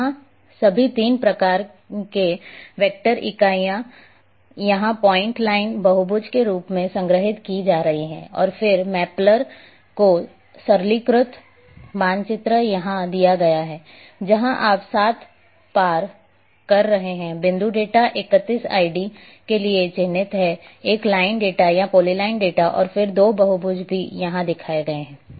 यहाँ सभी तीन प्रकार की वेक्टर इकाइयाँ यहाँ पॉइंट लाइन बहुभुज के रूप में संग्रहीत की जा रही हैं और एक मैपलर को सरलीकृत मानचित्र यहाँ दिया गया है जहाँ आप 7 पार कर रहे हैं बिंदु डेटा 31 id के लिए चिह्नित है एक लाइन डेटा या पॉलीलाइन डेटा और फिर 2 बहुभुज भी यहाँ दिखाए गए हैं